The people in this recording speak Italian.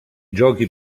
giochi